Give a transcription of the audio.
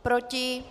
Proti?